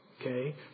Okay